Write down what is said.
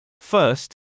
First